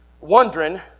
wondering